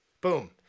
Boom